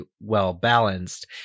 well-balanced